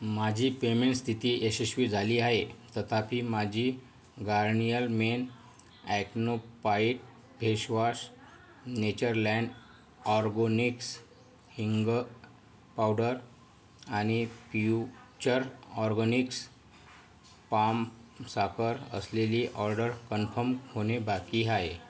माझी पेमेंट स्थिती यशस्वी झाली आहे तथापि माझी Garnier men acno fight face wash Natureland Organics हिंग पावडर आणि फ्युचर ऑर्गनिक्स पाम साखर असलेली ऑर्डर कन्फम होणे बाकी आहे